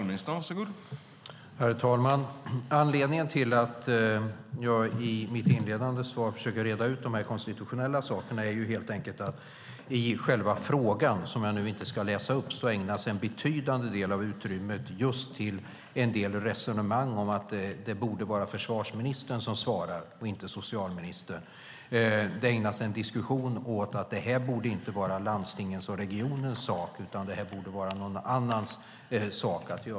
Herr talman! Anledningen till att jag i mitt inledande svar försöker reda ut de konstitutionella frågorna är att i frågan, som jag nu inte ska läsa upp, ägnas en betydande del av utrymmet just till en del resonemang om att det borde vara försvarsministern som svarar och inte socialministern. Det ägnas en diskussion åt att denna fråga inte borde vara landstingens eller regionens sak utan någon annans sak.